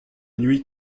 nuit